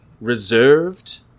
reserved